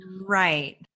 right